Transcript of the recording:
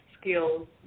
skills